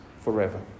forever